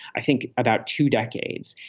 i think about two decades.